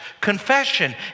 Confession